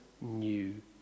new